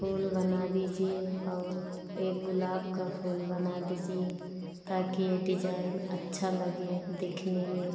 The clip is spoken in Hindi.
फूल बना दीजिए और एक गुलाब का फूल बना दीजिए ताकि यह डिजाईन अच्छा लगे दिखने में